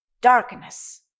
Darkness